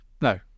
no